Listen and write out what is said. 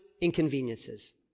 inconveniences